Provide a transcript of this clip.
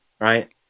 right